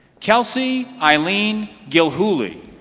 kelsey eileen gilhuley